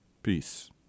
Peace